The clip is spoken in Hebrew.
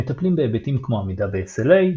מטפלים בהיבטים כמו עמידה ב-SLA,